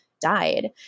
died